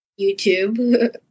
YouTube